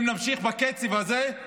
אם נמשיך בקצב הזה,